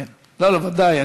בוודאי,